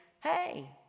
Hey